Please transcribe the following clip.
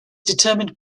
determined